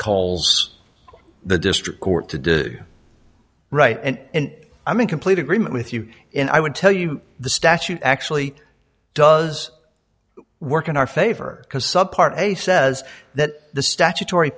calls the district court to do right and i'm in complete agreement with you and i would tell you the statute actually does work in our favor because some part a says that the statutory